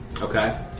Okay